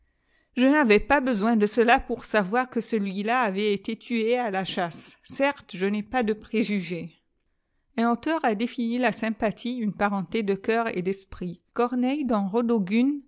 je n'avais pas besoin décela pour savoir que celui-là avait été tué à la chasse certes je n ai m de préjugés un auteur a défini la sympathie une parenté deeoàur et d e prit corneille dans rodogune